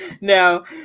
No